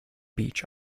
beech